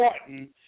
important